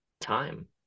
time